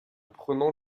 prenant